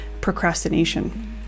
procrastination